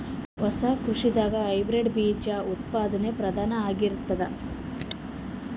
ಹೊಸ ಕೃಷಿದಾಗ ಹೈಬ್ರಿಡ್ ಬೀಜ ಉತ್ಪಾದನೆ ಪ್ರಧಾನ ಆಗಿರತದ